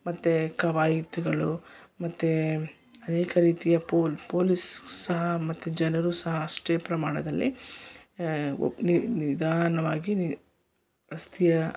ಮತ್ತು ಕವಾಯತಿಗಳು ಮತ್ತು ಅನೇಕ ರೀತಿಯ ಪೋಲ್ ಪೊಲೀಸ್ ಸಹ ಮತ್ತು ಜನರು ಸಹ ಅಷ್ಟೇ ಪ್ರಮಾಣದಲ್ಲಿ ನಿಧಾನವಾಗಿ ರಸ್ತೆಯ